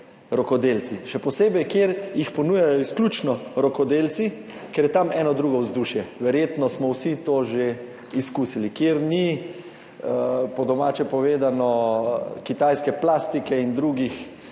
rokodelci, še posebej tam, kjer jih ponujajo izključno rokodelci, ker je tam eno drugo vzdušje. Verjetno smo vsi to že izkusili, kjer ni, po domače povedano, kitajske plastike in drugih